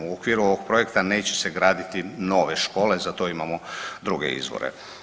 U okviru ovog projekta neće se graditi nove škole, za to imamo druge izvore.